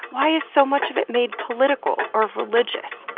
why is so much of it made political or religious?